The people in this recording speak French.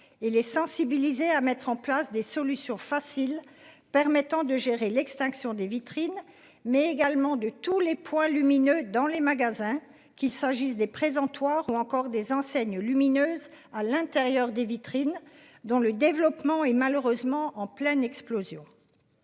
les sensibiliser à mettre en place des solutions faciles permettant de gérer l'extinction des vitrines mais également de tous les points lumineux dans les magasins qu'il s'agisse des présentoirs ou encore des enseignes lumineuses. À l'intérieur des vitrines dans le développement et malheureusement en pleine explosion.